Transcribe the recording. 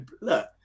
look